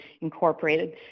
incorporated